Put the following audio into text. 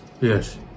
Yes